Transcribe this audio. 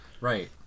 right